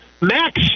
Max